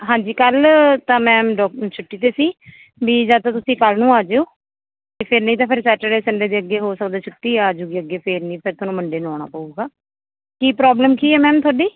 ਹਾਂਜੀ ਕੱਲ ਤਾਂ ਮੈਮ ਡਾਕਟਰ ਛੁੱਟੀ 'ਤੇ ਸੀ ਵੀ ਜਾਂ ਤਾਂ ਤੁਸੀਂ ਕੱਲ ਨੂੰ ਆ ਜਿਓ ਅਤੇ ਫਿਰ ਨਹੀਂ ਤਾਂ ਫਿਰ ਸੈਚਡੇ ਸੰਡੇ ਦੀ ਅੱਗੇ ਹੋ ਸਕਦਾ ਛੁੱਟੀ ਆ ਜੂ ਗੀ ਅੱਗੇ ਫੇਰ ਨਹੀਂ ਫੇਰ ਤੁਹਾਨੂੰ ਮੰਡੇ ਨੂੰ ਆਉਣਾ ਪਊਗਾ ਕੀ ਪ੍ਰੋਬਲਮ ਕੀ ਹੈ ਮੈਮ ਤੁਹਾਡੀ